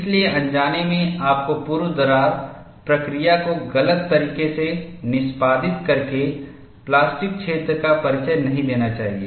इसलिए अनजाने में आपको पूर्व दरार प्रक्रिया को गलत तरीके से निष्पादित करके प्लास्टिक क्षेत्र का परिचय नहीं देना चाहिए